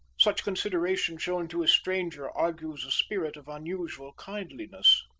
such consideration shown to a stranger, argues a spirit of unusual kindliness.